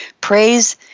Praise